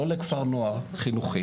לא לכפר נוער חינוכי.